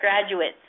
graduates